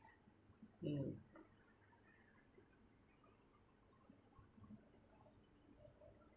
mm